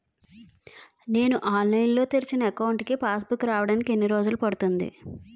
నేను ఆన్లైన్ లో తెరిచిన అకౌంట్ కి పాస్ బుక్ రావడానికి ఎన్ని రోజులు పడుతుంది?